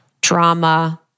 drama